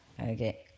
Okay